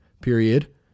period